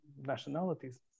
nationalities